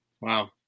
Wow